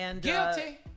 Guilty